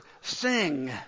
sing